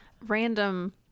random